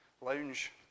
lounge